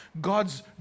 God's